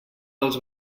dels